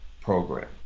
program